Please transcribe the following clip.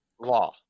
law